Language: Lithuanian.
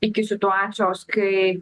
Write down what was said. iki situacijos kai